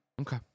Okay